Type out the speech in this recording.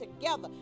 together